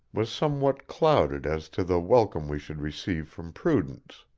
was somewhat clouded as to the welcome we should receive from prudence,